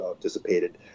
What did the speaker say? dissipated